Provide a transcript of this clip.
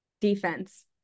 Defense